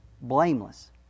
blameless